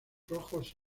rojos